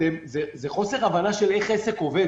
זה חוסר הבנה של איך עסק עובד.